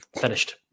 finished